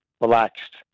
relaxed